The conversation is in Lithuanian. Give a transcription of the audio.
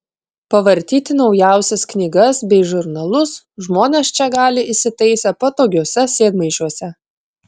pavartyti naujausias knygas bei žurnalus žmonės čia gali įsitaisę patogiuose sėdmaišiuose